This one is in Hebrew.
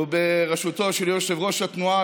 ובראשותו של יושב-ראש התנועה,